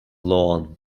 loan